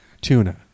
tuna